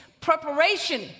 Preparation